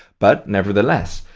but nevertheless,